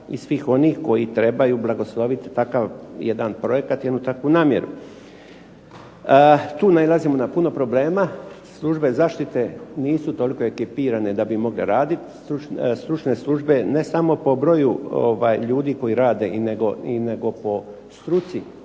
i svih onih koji trebaju blagosloviti takav jedan projekat, jednu takvu namjeru. Tu nailazimo na puno problema, službe zaštite nisu toliko ekipirane da bi mogle raditi. Stručne službe ne samo po broju ljudi koji rade, nego po struci